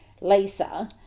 Lisa